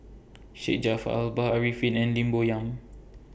Syed Jaafar Albar Arifin and Lim Bo Yam